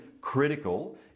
critical